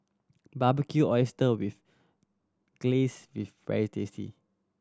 Barbecued Oyster with Glaze is very tasty